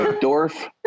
Dorf